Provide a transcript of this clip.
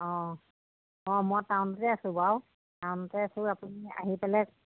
অঁ অঁ মই টাউনতে আছোঁ বাৰু টাউনতে আছোঁ আপুনি আহি পেলাই